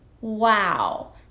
Wow